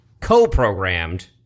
co-programmed